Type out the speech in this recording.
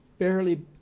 barely